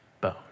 bone